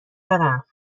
برم